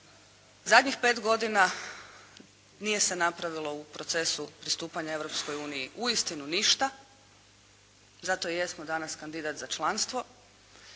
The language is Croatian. Zadnjih 5 godina nije se napravilo u procesu pristupanja Europskoj uniji uistinu ništa zato i jesmo danas kandidat za članstvo.